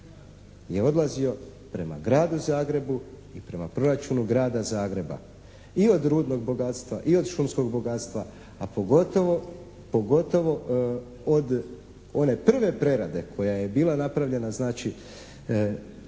je odlazio prema Gradu Zagrebu i prema proračunu Grada Zagreba. I od rudnog bogatstva i od šumskog bogatstva a pogotovo od one prve prerade koja je bila napravljena. Znači